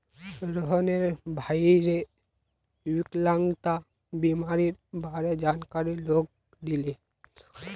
रोहनेर भईर विकलांगता बीमारीर बारे जानकारी लोगक दीले